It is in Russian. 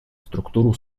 структуру